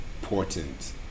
important